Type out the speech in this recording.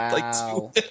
Wow